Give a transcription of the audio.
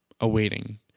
awaiting